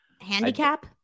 Handicap